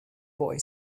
boy